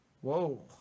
Whoa